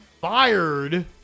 fired